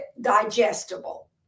digestible